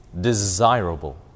desirable